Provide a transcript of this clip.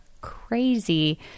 Crazy